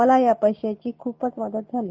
माल या पैशाची खपच मदत झाली